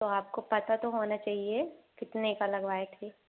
तो आपको पता तो होना चाहिए कितने का लगवाए थे